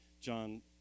John